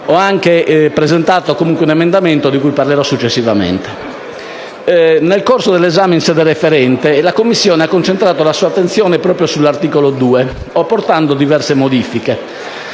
ho anche presentato un emendamento, di cui parlerò successivamente. Nel corso dell'esame in sede referente la Commissione ha concentrato la sua attenzione proprio sull'articolo 2, apportando allo stesso diverse modifiche.